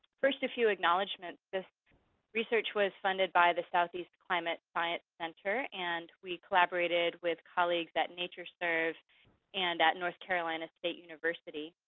first, a few acknowledgements. this research was funded by the southeast climate science center, and we collaborated with colleagues at natureserve and at north carolina state university.